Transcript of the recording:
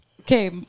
Okay